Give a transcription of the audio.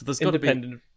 Independent